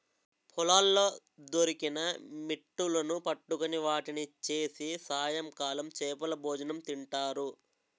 పొలాల్లో దొరికిన మిట్టలును పట్టుకొని వాటిని చేసి సాయంకాలం చేపలభోజనం తింటారు